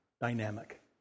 dynamic